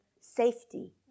safety